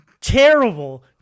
terrible